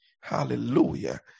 Hallelujah